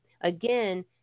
Again